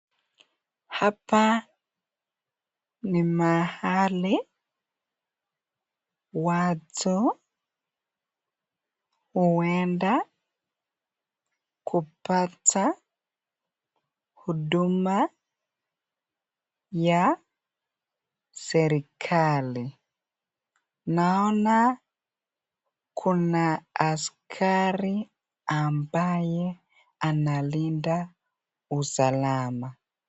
Hapa ni mahali watu huenda kupata huduma ya serikali. Naona kuna askari ambaye analinda usalama.